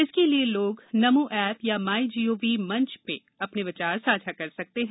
इसके लिए लोग नमो ऐप या माई गोव मंच में अपने विचार साझा कर सकते हैं